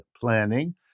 planning